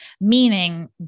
Meaning